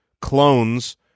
clones